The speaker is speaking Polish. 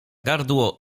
gardło